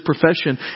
profession